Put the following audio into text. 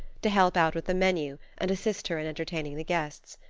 to help out with the menu and assist her in entertaining the guests.